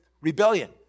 rebellion